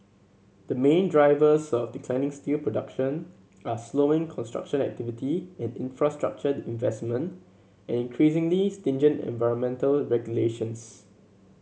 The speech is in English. the main drivers of declining steel production are slowing construction activity and infrastructure investment and increasingly stringent environmental regulations